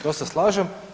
To se slažem.